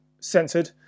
censored